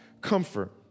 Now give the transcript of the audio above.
comfort